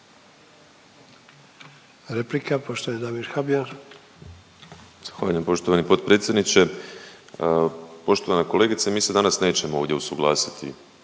Habijan. **Habijan, Damir (HDZ)** Zahvaljujem poštovani potpredsjedniče. Poštovana kolegice mi se danas nećemo ovdje usuglasiti